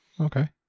Okay